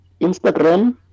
Instagram